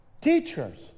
teachers